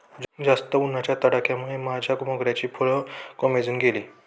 जास्त उन्हाच्या तडाख्यामुळे माझ्या मोगऱ्याची फुलं कोमेजून गेली